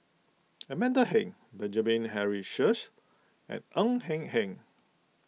Amanda Heng Benjamin Henry Sheares and Ng Eng Hen